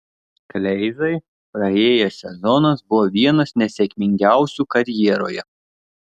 kleizai praėjęs sezonas buvo vienas nesėkmingiausių karjeroje